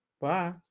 Bye